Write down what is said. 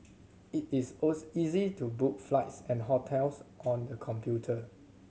it is easy to book flights and hotels on the computer